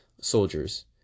soldiers